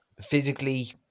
physically